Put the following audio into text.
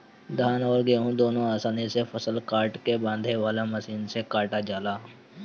धान अउर गेंहू दुनों आसानी से फसल काट के बांधे वाला मशीन से कटा जाला